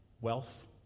Wealth